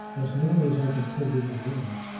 as nearly as i can put it into words.